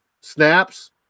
snaps